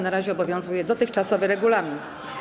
Na razie obowiązuje dotychczasowy regulamin.